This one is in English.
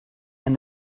and